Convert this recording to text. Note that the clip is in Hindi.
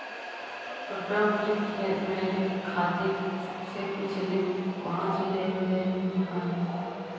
कृपया मुझे मेरे खाते से पिछले पांच लेन देन दिखाएं